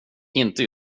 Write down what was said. inte